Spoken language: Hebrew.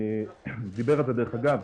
דרך אגב,